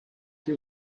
that